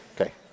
Okay